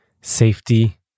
safety